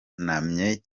cyane